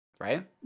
right